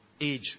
Age